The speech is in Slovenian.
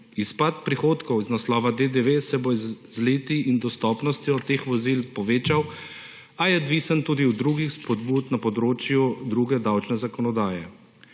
Izpad prihodkov iz naslova DDV se bo z leti in dostopnostjo teh vozil povečal, a je odvisen tudi od drugih spodbud na področju druge davčne zakonodaje.